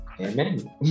amen